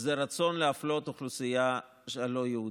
זה רצון להפלות את האוכלוסייה הלא-יהודית.